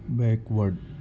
backward